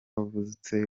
wavutse